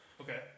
Okay